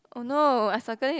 oh no I circle it